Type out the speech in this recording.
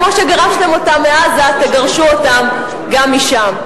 כמו שגירשתם אותם מעזה תגרשו אותם גם משם.